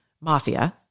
mafia